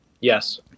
Yes